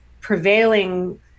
prevailing